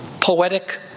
poetic